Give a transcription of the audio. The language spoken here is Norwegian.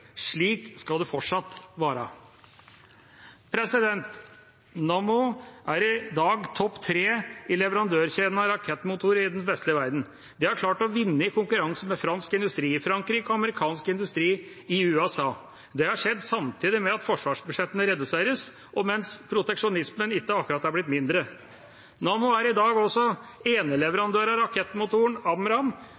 Slik skal det fortsatt være. Nammo er i dag topp tre i leverandørkjeden av rakettmotorer i den vestlige verden. De har klart å vinne i konkurranse med fransk industri i Frankrike og amerikansk industri i USA. Det har skjedd samtidig med at forsvarsbudsjettene reduseres, og mens proteksjonismen ikke akkurat er blitt mindre. Nammo er i dag også eneleverandør av rakettmotoren